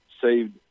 saved